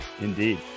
Indeed